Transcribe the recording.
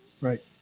Right